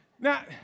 Now